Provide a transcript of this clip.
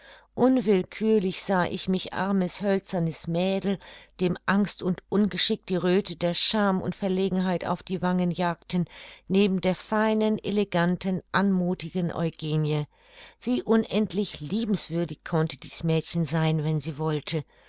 unwillkürlich sah ich mich armes hölzernes mädel dem angst und ungeschick die röthe der scham und verlegenheit auf die wangen jagte neben der feinen eleganten anmuthigen eugenie wie unendlich liebenswürdig konnte dies mädchen sein wenn sie wollte